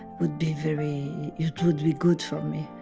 would be very, it would be good for me.